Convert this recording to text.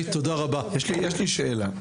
יש לי שאלה.